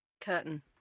Curtain